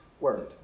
word